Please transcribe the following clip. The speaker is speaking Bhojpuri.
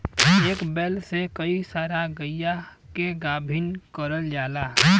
एक बैल से कई सारा गइया के गाभिन करल जाला